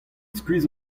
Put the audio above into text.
skuizh